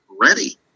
ready